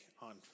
on